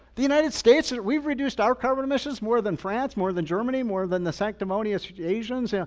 the united states, we've reduced our carbon emissions more than france, more than germany, more than the sanctimonious asians, yeah